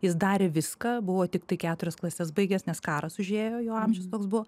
jis darė viską buvo tiktai keturias klases baigęs nes karas užėjo jo amžius toks buvo